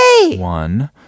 one